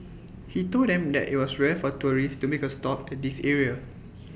he told them that IT was rare for tourists to make A stop at this area